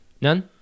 None